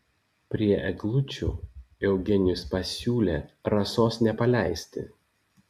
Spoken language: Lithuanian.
prie eglučių eugenijus pasiūlė rasos nepaleisti